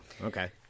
Okay